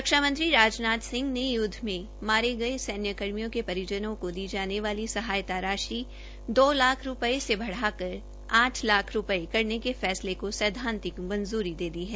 रक्षामंत्री राजनाथ सिंह ने युद्व में मारे गये सैन्यकर्मियों के परिजनों को दी जाने वाली सहायता राशि दो लाख से बढ़ाकर आठ लाख रूपये करने के फैसले को सैद्वांतिक मंजूरी दे दी है